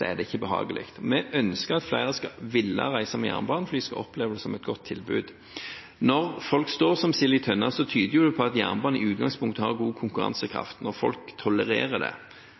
er det ikke behagelig. Vi ønsker at flere vil reise med jernbanen, og at de skal oppleve det som et godt tilbud. Når folk står som sild i tønne, tyder det på at jernbanen i utgangspunktet har god konkurransekraft når folk tolererer det.